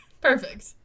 Perfect